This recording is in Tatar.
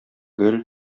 гөл